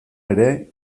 ere